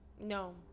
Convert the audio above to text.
No